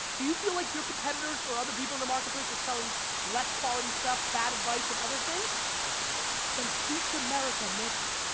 do you feel like your competitors or other people in the marketplace are selling less quality stuff, bad advice and other things? absolutely! then teach america, mitch!